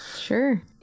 Sure